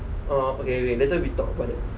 uh okay okay later we talk about it